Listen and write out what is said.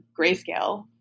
grayscale